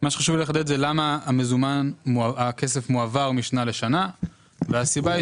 מה שחשוב לי לחדד זה למה הכסף מועבר משנה לשנה והסיבה היא